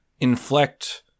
inflect